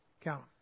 count